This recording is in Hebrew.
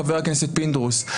חבר הכנסת פינדרוס,